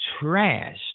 trashed